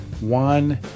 One